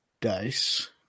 Dice